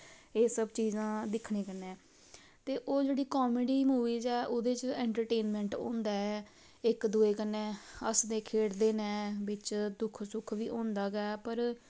एह् सब चीजां दिक्खने कन्नै ते ओह् जेह्ड़ी कामेडी मूवीस ऐ ओह्दे च एंटरटेनमेंट होंदा ऐ इक दुए कन्नै हसदे खेढ़दे नै बिच्च दुख सुख बी होंदा गै पर